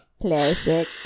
Classic